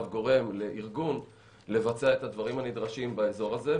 גורם לארגון לבצע את הדברים הנדרשים באזור הזה,